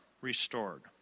restored